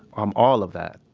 i'm all of that.